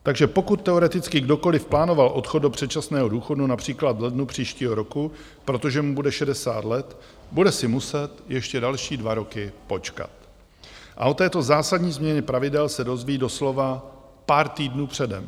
Takže pokud teoreticky kdokoliv plánoval odchod do předčasného důchodu například v lednu příštího roku, protože mu bude 60 let, bude si muset ještě další dva roky počkat a o této zásadní změně pravidel se dozví doslova pár týdnů předem.